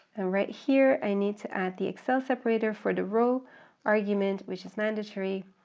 right here i need to add the excel separator for the row argument which is mandatory,